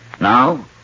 now